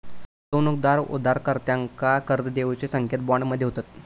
गुंतवणूकदार उधारकर्त्यांका कर्ज देऊचे संकेत बॉन्ड मध्ये होतत